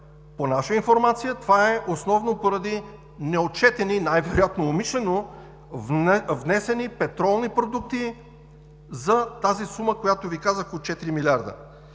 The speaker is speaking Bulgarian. По наша информация това е основно поради неотчетени, най-вероятно умишлено, внесени петролни продукти за тази сума, която Ви казах, от 4 млрд.